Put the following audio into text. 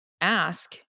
ask